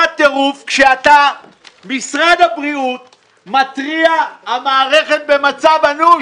מה הטירוף כשמשרד הבריאות מתריע: המערכת במצב אנוש.